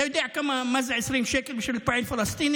אתה יודע מה זה 20 שקל בשביל פועל פלסטיני?